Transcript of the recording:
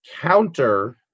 counter